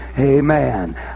Amen